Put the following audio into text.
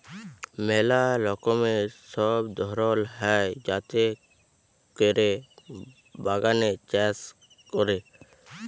ম্যালা রকমের সব ধরল হ্যয় যাতে ক্যরে বাগানে চাষ ক্যরে